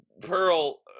Pearl